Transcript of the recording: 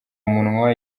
umunwa